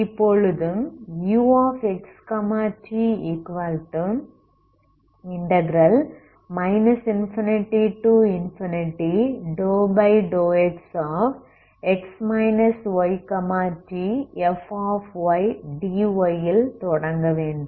இப்பொழுது uxt ∞∂Qx yt∂xfdy ல் தொடங்க வேண்டும்